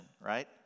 right